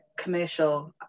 commercial